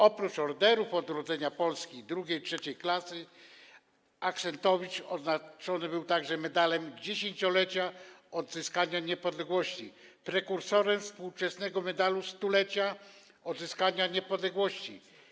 Oprócz Orderów Odrodzenia Polski II i III klasy Axentowicz odznaczony był także Medalem Dziesięciolecia Odzyskania Niepodległości, prekursorem współczesnego Medalu Stulecia Odzyskania Niepodległości.